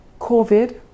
covid